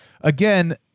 again